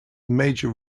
major